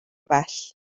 bell